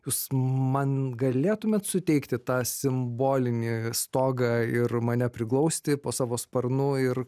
jūs man galėtumėt suteikti tą simbolinį stogą ir mane priglausti po savo sparnu ir